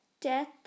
death